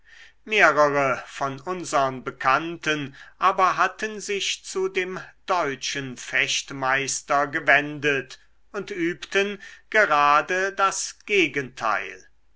mehrere von unsern bekannten aber hatten sich zu dem deutschen fechtmeister gewendet und übten gerade das gegenteil